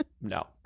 No